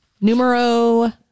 Numero